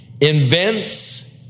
invents